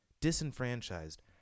disenfranchised